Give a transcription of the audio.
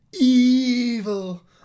evil